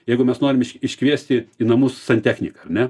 jeigu mes norim iškviesti į namus santechniką ar ne